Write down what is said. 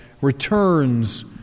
returns